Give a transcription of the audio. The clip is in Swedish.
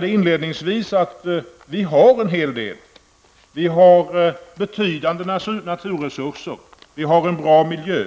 Det finns en hel del resurser: betydande naturresurser, en bra miljö